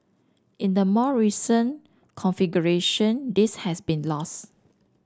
in the more recent configuration this has been lost